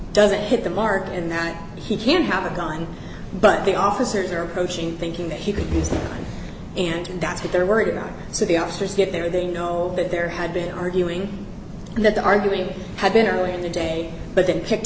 doesn't hit the mark and that he can't have a gun but the officers are approaching thinking that he could use them and that's what they're worried about so the officers get there they know that there had been arguing that the arguing had been earlier in the day but then picked